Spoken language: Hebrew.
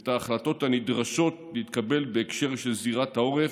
ואת ההחלטות שנדרש שיתקבלו בהקשר של זירת העורף,